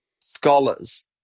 scholars